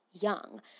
young